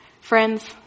Friends